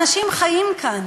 אנשים חיים כאן,